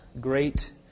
great